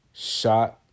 shot